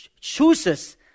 chooses